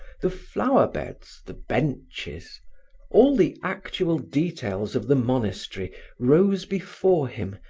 the flower beds, the benches all the actual details of the monastery rose before him,